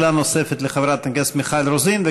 שאלה נוספת לחברת הכנסת מיכל רוזין,